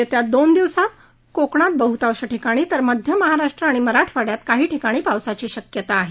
येत्या दोन दिवसात कोकणात बहतांश ठिकाणी तर मध्य महाराष्ट्र आणि मराठवाड्यात काही ठिकाणी पावसाची शक्यता आहे